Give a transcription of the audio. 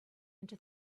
into